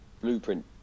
blueprint